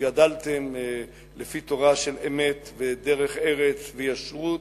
שגדלתם לפי תורה של אמת ודרך ארץ וישרות,